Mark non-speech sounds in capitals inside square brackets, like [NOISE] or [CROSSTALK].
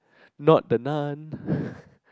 not the Nun [BREATH]